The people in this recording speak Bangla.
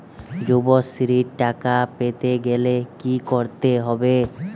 যুবশ্রীর টাকা পেতে গেলে কি করতে হবে?